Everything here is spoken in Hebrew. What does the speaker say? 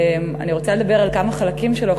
אני רוצה לדבר על כמה חלקים שלו,